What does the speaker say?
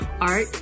art